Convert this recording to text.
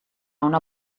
una